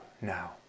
now